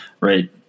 Right